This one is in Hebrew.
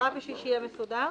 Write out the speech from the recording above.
כדי שיהיה מסודר.